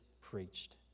preached